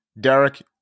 Derek